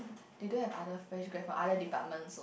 they don't have other fresh grad from other departments